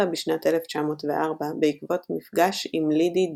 בשנת 1904 בעקבות מפגש עם לידי דושה,